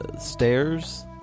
Stairs